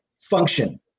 function